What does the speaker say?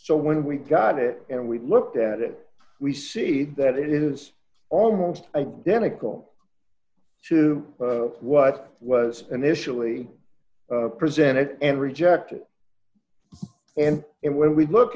so when we got it and we looked at it we see that it is almost identical to what was initially presented and rejected and when we look